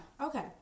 okay